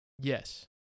Yes